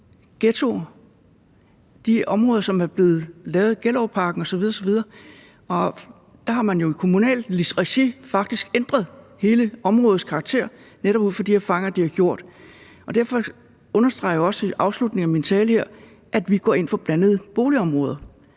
de områder, som er blevet lavet i Gellerupparken osv. osv., har man i kommunalt regi jo faktisk også ændret hele områdets karakter netop ud fra de erfaringer, de har gjort, og derfor understreger jeg også i afslutningen af min tale her, at vi går ind for blandede boligområder.